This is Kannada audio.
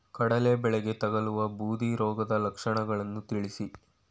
ಕಡಲೆ ಬೆಳೆಗೆ ತಗಲುವ ಬೂದಿ ರೋಗದ ಲಕ್ಷಣಗಳನ್ನು ತಿಳಿಸಿ?